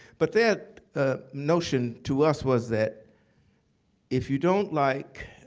but that notion, to us, was that if you don't like